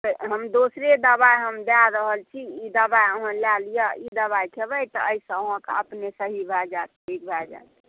हम दूसरे दवाइ हम दय रहल छी ई दवाइ अहाँ लय लिअ ई दवाइ कहबै तऽ एहिसँ अहाँके अपने सही भय जायत ठीक भय जाएत